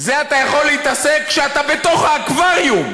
בזה אתה יכול להתעסק כשאתה בתוך האקווריום.